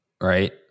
right